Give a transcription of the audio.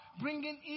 bringing